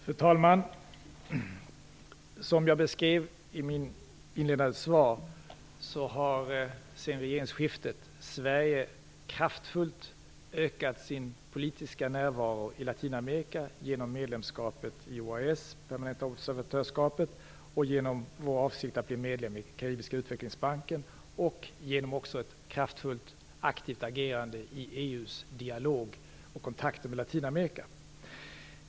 Fru talman! Som jag beskrev i mitt inledande svar har Sverige efter regeringsskiftet kraftfullt ökat sin politiska närvaro i Latinamerika genom det permanenta observatörskapet i OAS, genom sin avsikt att bli medlem i Karibiska utvecklingsbanken och även genom ett kraftfullt aktivt agerande i EU:s dialog och kontakter med Latinamerika.